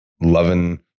loving